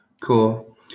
cool